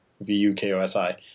V-U-K-O-S-I